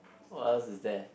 what else is that